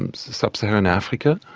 um so sub-saharan africa.